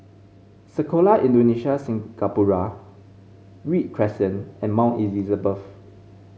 Sekolah Indonesia Singapura Read Crescent and Mount Elizabeth